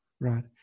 right